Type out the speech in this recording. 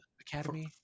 academy